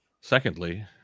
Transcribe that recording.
Secondly